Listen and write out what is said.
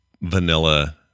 vanilla